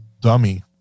Dummy